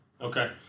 okay